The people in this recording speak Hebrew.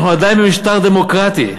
אנחנו עדיין במשטר דמוקרטי.